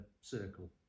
circle